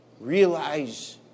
Realize